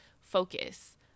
focus